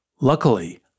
Luckily